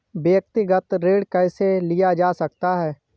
व्यक्तिगत ऋण कैसे लिया जा सकता है?